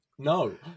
No